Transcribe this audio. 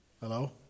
Hello